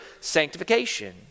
sanctification